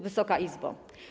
Wysoka Izbo!